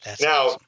Now